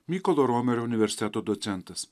mykolo romerio universiteto docentas